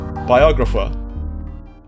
Biographer